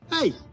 Hey